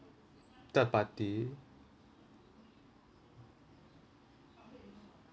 third party